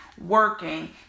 working